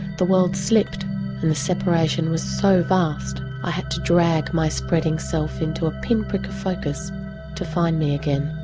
the world slipped and the separation was so vast i had to drag my spreading self into a pinprick of focus to find me again.